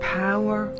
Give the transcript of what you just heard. power